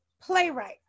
playwright